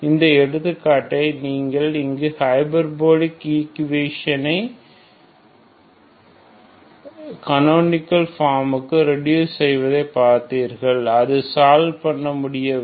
இந்த எடுத்துக்காட்டை நீங்கள் இங்கு ஹைபர்போலிக் ஏக்குவேஷன் ஐ கனோனிகள் ஃபார்முக்கு ரெடியூஸ் செய்ததை பார்த்தீர்கள் அது சால்வ் பன்ன முடியவில்லை